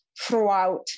throughout